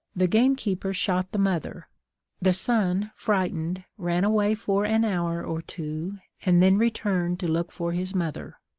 the gamekeeper shot the mother the son, frightened, ran away for an hour or two, and then returned to look for his mother.